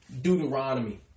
Deuteronomy